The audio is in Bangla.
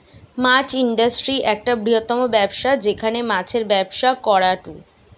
মাছ ইন্ডাস্ট্রি একটা বৃহত্তম ব্যবসা যেখানে মাছের ব্যবসা করাঢু